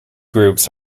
groups